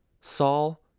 Saul